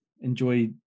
enjoy